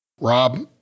Rob